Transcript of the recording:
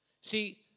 See